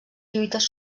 lluites